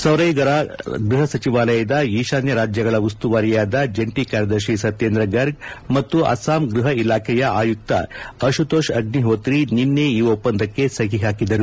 ಸೌರೈಗ್ವರ ಗೃಹಸಚಿವಾಲಯದ ಈಶಾನ್ಯ ರಾಜ್ಯಗಳ ಉಸ್ತುವಾರಿಯಾದ ಜಂಟಿ ಕಾರ್ಯದರ್ಶಿ ಸತ್ಯೇಂದ್ರ ಗರ್ಗ್ ಮತ್ತು ಅಸ್ಟಾಂ ಗೃಹ ಇಲಾಖೆಯ ಆಯುಕ್ತ ಅಶುತೋಶ್ ಅಗ್ನಿಹೋತ್ರಿ ನಿನ್ನೆ ಈ ಒಪ್ಪಂದಕ್ಕೆ ಸಹಿ ಹಾಕಿದರು